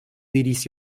diris